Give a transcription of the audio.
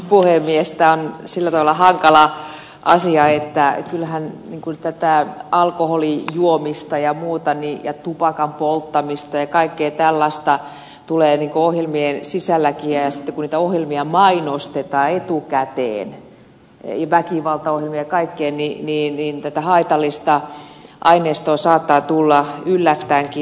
tämä on sillä tavalla hankala asia että kyllähän tätä alkoholin juomista ja tupakan polttamista ja kaikkea tällaista tulee ohjelmien sisälläkin ja kun niitä ohjelmia mainostetaan etukäteen väkivaltaohjelmia ja kaikkea niin tätä haitallista aineistoa saattaa tulla yllättäenkin